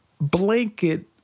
blanket